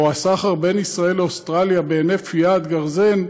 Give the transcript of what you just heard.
או את הסחר בין ישראל לאוסטרליה, בהינף יד, גרזן,